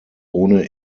ohne